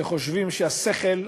שחושבים שהשכל,